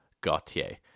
Gautier